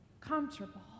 comfortable